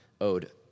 owed